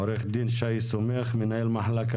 עו"ד שי סומך, מנהל מחלקה.